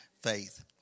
faith